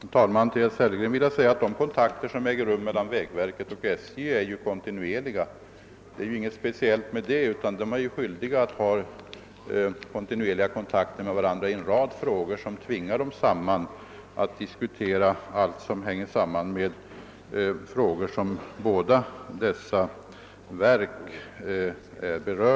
Herr talman! Till herr Sellgren vill jag säga att de kontakter som äger rum mellan vägverket och SJ ju är kontinuerliga. Det är inget speciellt detta, utan de är ju skyldiga att ha kontakter med varandra i en rad frågor.